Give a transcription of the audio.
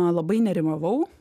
labai nerimavau